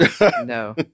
no